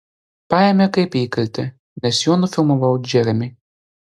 paėmė kaip įkaltį nes juo nufilmavau džeremį